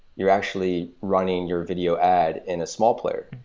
you're actually running your video ad in a small player.